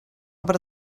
aber